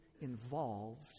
involved